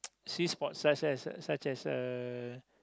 sea sport such as a such as a